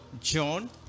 John